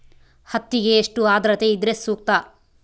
ಹತ್ತಿಗೆ ಎಷ್ಟು ಆದ್ರತೆ ಇದ್ರೆ ಸೂಕ್ತ?